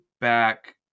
back